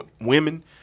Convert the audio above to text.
women